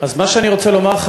מה שאני רוצה לומר לך,